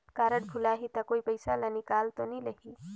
Card भुलाही ता कोई पईसा ला निकाल तो नि लेही?